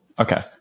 okay